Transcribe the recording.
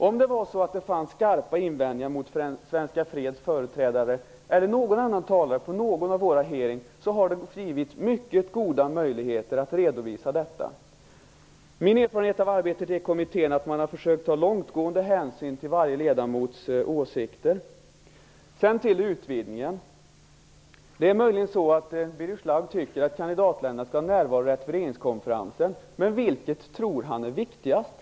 Om det fanns starka invändningar mot Svenska Freds företrädare eller mot någon annan talare på någon hearing har det givits mycket goda möjligheter att redovisa detta. Min erfarenhet av arbetet i kommittén är att man har försökt att ta långtgående hänsyn till varje ledamots åsikter. Sedan till utvidgningen. Det är möjligen så att Birger Schlaug tycker att kandidatländerna skall ha närvarorätt på regeringskonferensen. Men vilket tror han är viktigast?